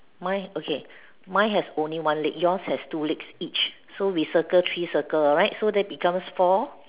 mine okay mine has only one leg yours has two leg each so we circle three circle alright so then it becomes four